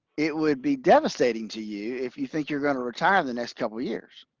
it would be devastating to you. if you think you're gonna retire in the next couple years.